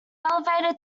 elevated